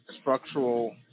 structural